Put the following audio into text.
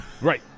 Right